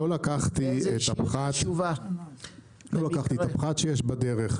לקחתי את הפחת שיש בדרך,